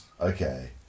Okay